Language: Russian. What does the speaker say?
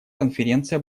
конференция